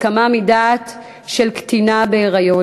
הסכמה מדעת של קטינה בהיריון),